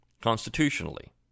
constitutionally